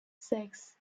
sechs